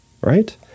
right